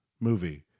movie